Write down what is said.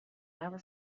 never